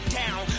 down